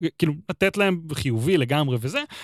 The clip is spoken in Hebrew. כאילו, לתת להם, בחיובי לגמרי וזה.